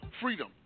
freedom